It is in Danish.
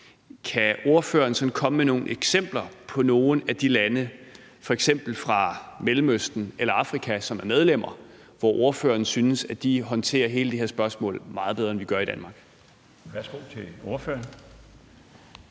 Kan ordføreren komme med nogle eksempler på nogle af de medlemslande, f.eks. fra Mellemøsten eller Afrika, som ordføreren synes håndterer hele det her spørgsmål meget bedre, end vi gør i Danmark?